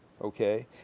okay